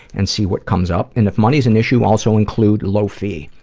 and see what comes up. and if money's an issue, also include low fee,